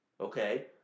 Okay